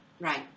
right